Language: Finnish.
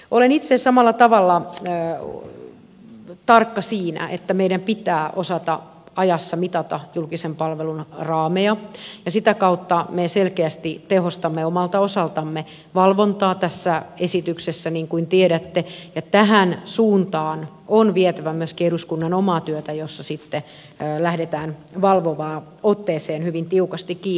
olen itse samalla tavalla tarkka siinä että meidän pitää osata ajassa mitata julkisen palvelun raameja ja sitä kautta me selkeästi tehostamme valvontaa omalta osaltamme tässä esityksessä niin kuin tiedätte ja tähän suuntaan on vietävä myöskin eduskunnan omaa työtä jossa sitten lähdetään valvovaan otteeseen hyvin tiukasti kiinni